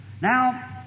Now